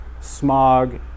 smog